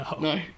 No